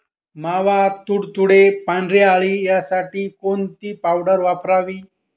मावा, तुडतुडे, पांढरी अळी यासाठी कोणती पावडर वापरावी?